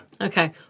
Okay